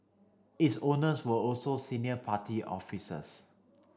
its owners were also senior party officers